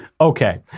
Okay